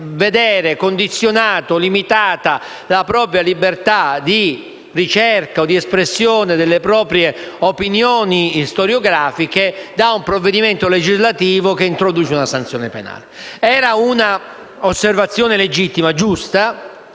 Era un'osservazione legittima, giusta